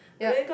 yup